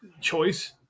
choice